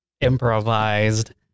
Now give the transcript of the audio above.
improvised